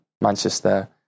Manchester